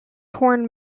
horn